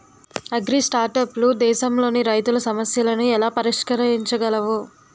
అగ్రిస్టార్టప్లు దేశంలోని రైతుల సమస్యలను ఎలా పరిష్కరించగలవు?